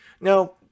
Now